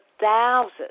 thousands